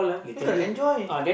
you got enjoy